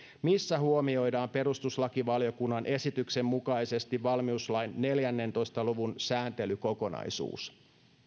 missä huomioidaan perustuslakivaliokunnan esityksen mukaisesti valmiuslain neljäntoista luvun sääntelykokonaisuus